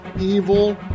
evil